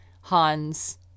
Han's